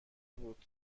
بود